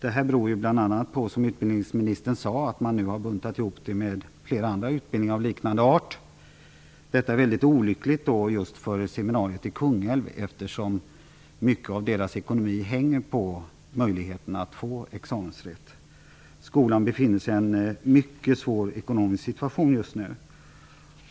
Som utbildningsministern sade, beror detta bl.a. på att man buntat ihop flera ansökningar om utbildning av liknande art. Det är mycket olyckligt för just seminariet i Kungälv. Mycket av dess ekonomi hänger just på möjligheten att få examensrätt. Skolan befinner sig i en mycket svår ekonomisk situation just nu.